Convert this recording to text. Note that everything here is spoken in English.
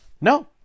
No